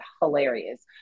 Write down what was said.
hilarious